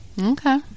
Okay